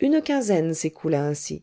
une quinzaine s'écoula ainsi